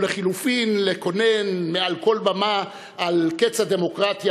או לחלופין לקונן מעל כל במה על קץ הדמוקרטיה,